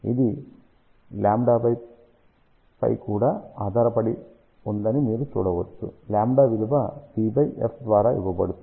ఇది ƛ పై కూడా ఆధారపడి ఉంటుందని మీరు చూడవచ్చు λ విలువ c f ద్వారా ఇవ్వబడుతుంది